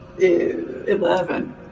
Eleven